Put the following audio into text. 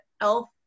elf